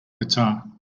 guitar